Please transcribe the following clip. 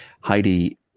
Heidi